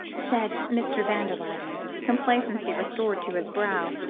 said mr. van der luyden, complacency restored to his brow.